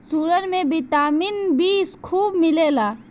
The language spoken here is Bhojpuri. सुरन में विटामिन बी खूब मिलेला